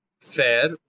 Fair